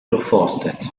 durchforstet